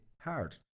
hard